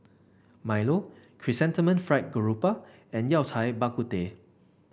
Milo Chrysanthemum Fried Garoupa and Yao Cai Bak Kut Teh